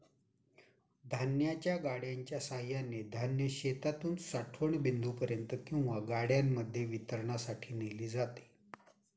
धान्याच्या गाड्यांच्या सहाय्याने धान्य शेतातून साठवण बिंदूपर्यंत किंवा गाड्यांमध्ये वितरणासाठी नेले जाते